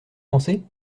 pensez